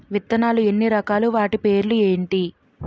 విత్తనాలు ఎన్ని రకాలు, వాటి పేర్లు ఏంటి?